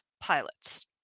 pilots